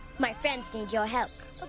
my friends need your help.